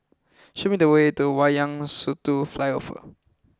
show me the way to Wayang Satu Flyover